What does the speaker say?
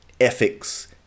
ethics